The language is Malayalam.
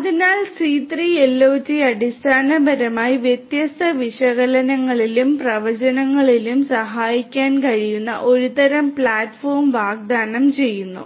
അതിനാൽ C3 IoT അടിസ്ഥാനപരമായി വ്യത്യസ്ത വിശകലനങ്ങളിലും പ്രവചനങ്ങളിലും സഹായിക്കാൻ കഴിയുന്ന ഒരുതരം പ്ലാറ്റ്ഫോം വാഗ്ദാനം ചെയ്യുന്നു